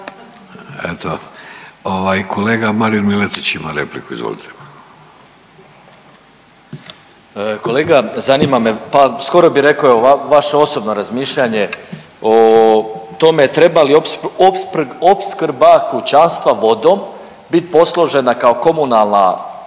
ovaj kolega Marin Miletić ima repliku. Izvolite. **Miletić, Marin (MOST)** Kolega zanima me, pa skoro bi rekao vaše osobno razmišljanje o tome treba li opskrba kućanstva vodom biti posložena kao komunalna